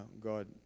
God